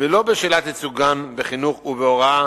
ולא בשאלת ייצוגן של תרבויות שונות בחינוך ובהוראה